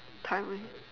timing